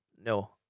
No